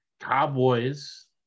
Cowboys